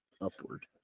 upward